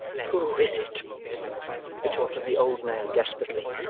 who is it retorted the old man desperately,